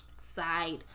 side